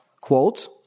Quote